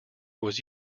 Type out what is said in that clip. was